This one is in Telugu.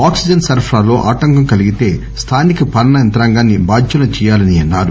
ఆక్పిజన్ సరఫరాలో ఆటంకం కలిగితే స్లానిక పాలనా యంత్రాంగాన్ని బాధ్యుల్పి చేయాలని అన్నారు